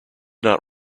not